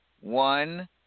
one